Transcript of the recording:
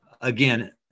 again